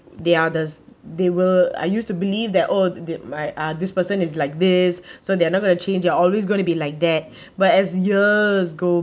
the others they will I used to believe their odd dear my add this person is like this so they are not going to change you're always going to be like that but as years go